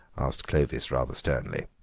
asked clovis rather sternly.